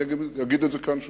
ואני אגיד את זה כאן שוב: